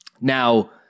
Now